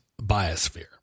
biosphere